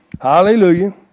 Hallelujah